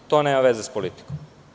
To nema veze sa politikom.